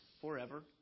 forever